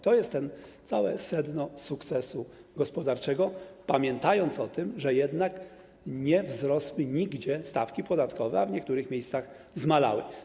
To jest całe sedno sukcesu gospodarczego, pamiętając o tym, że jednak nie wzrosły nigdzie stawki podatkowe, a w niektórych miejscach zmalały.